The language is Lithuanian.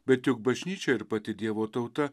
bet juk bažnyčia ir pati dievo tauta